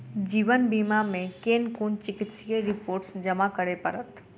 जीवन बीमा मे केँ कुन चिकित्सीय रिपोर्टस जमा करै पड़त?